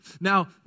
Now